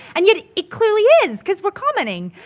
and yet it clearly is cause were commenting.